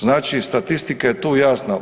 Znači statistika je tu jasna.